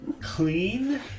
clean